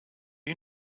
you